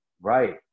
Right